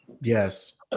Yes